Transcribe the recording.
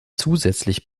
zusätzlich